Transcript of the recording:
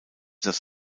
das